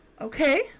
Okay